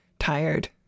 tired